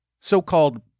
So-called